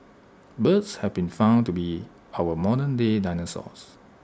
birds have been found to be our modernday dinosaurs